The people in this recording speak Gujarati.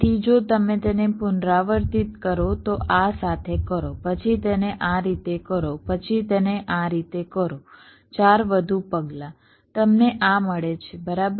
તેથી જો તમે તેને પુનરાવર્તિત કરો તો આ સાથે કરો પછી તેને આ રીતે કરો પછી તેને આ રીતે કરો 4 વધુ પગલાં તમને આ મળે છે બરાબર